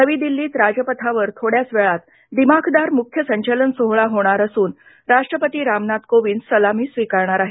नवी दिल्लीत राजपथावर थोड्याच वेळात दिमाखदार मुख्य संचलन सोहळा होणार असून राष्ट्रपती रामनाथ कोविंद सलामी स्वीकारणार आहेत